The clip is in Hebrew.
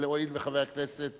אבל הואיל וחבר הכנסת